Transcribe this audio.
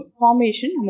formation